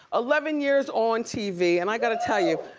eleven years on tv, and i gotta tell you,